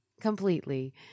completely